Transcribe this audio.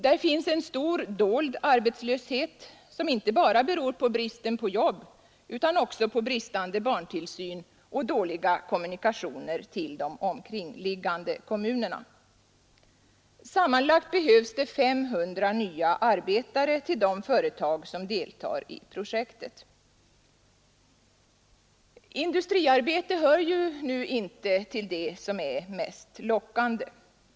Där finns en stor dold arbetslöshet, som inte bara beror på bristen på jobb utan också på bristande barntillsyn och dåliga kommunikationer till de omkringliggande kommunerna. Sammanlagt behövs 500 nya arbeten till de företag som deltar i projektet. Industriarbete hör nu inte till det som är mest lockande.